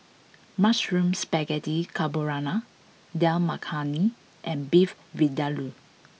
Mushroom Spaghetti Carbonara Dal Makhani and Beef Vindaloo